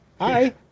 hi